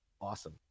awesome